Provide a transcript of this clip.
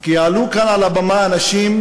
כי עלו כאן על הבמה אנשים